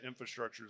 infrastructures